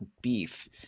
beef